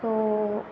so